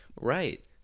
Right